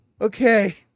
okay